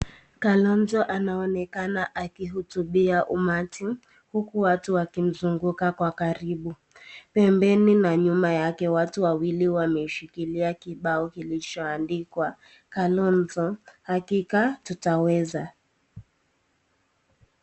Kalonzo anaonekana akihutubia umati, huku watu wakimzunguka kwa karibu. Pembeni na nyuma yake watu wawili wameshikilia kibao kilicho andikwa ,Kalonzo hakika tutaweza.